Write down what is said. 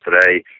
today